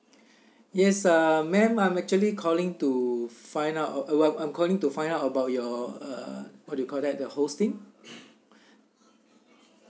yes uh ma'am I'm actually calling to find out a I'm calling to find out about your uh what do you call that the hosting